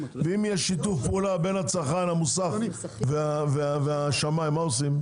ואם יש שיתוף פעולה בין הצרכן למוסך והשמאי מה עושים?